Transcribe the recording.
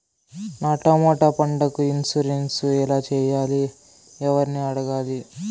నా టమోటా పంటకు ఇన్సూరెన్సు ఎలా చెయ్యాలి? ఎవర్ని అడగాలి?